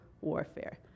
warfare